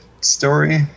story